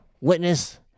witness